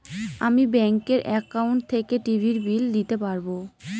আমি ব্যাঙ্কের একাউন্ট থেকে টিভির বিল দিতে পারবো